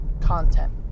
content